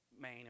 main